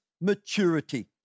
maturity